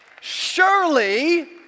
Surely